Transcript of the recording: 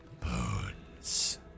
bones